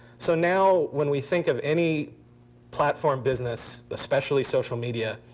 so now when we think of any platform business, especially social media,